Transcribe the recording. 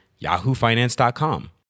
yahoofinance.com